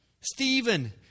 Stephen